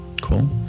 Cool